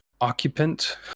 occupant